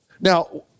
Now